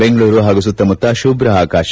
ಬೆಂಗಳೂರು ಹಾಗೂ ಸುತ್ತಮುತ್ತ ಶುಭ್ಧ ಆಕಾಶ